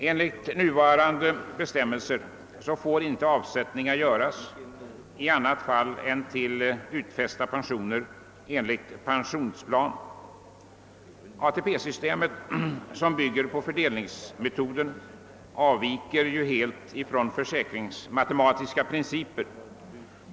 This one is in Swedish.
Enligt nuvarande bestämmelser får avsättningar inte göras annat än till utfästa pensioner enligt pensionsplan. ATP-systemet, som bygger på fördelningsmetoden, avviker helt från försäkringsmatematiska principer.